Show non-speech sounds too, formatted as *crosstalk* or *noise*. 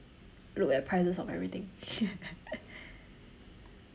look at the prices of everything *laughs*